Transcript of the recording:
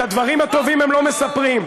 את הדברים הטובים הם לא מספרים.